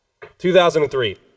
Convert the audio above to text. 2003